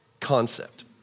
concept